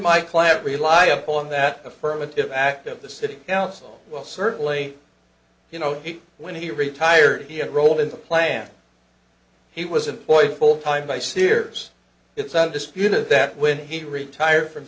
my class rely on that affirmative act of the city council well certainly you know when he retired he a role in the plan he was employed full time by sears it's undisputed that when he retired from